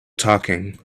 talking